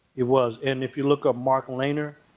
it was. and if you look up mark lehner,